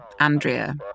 Andrea